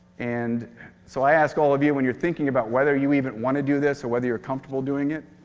and so i ask all of you when you're thinking about whether you even want to do this or whether you're comfortable doing it,